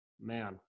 man